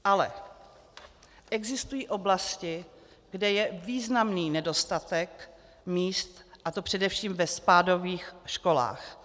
Ale existují oblasti, kde je významný nedostatek míst, a to především ve spádových školách.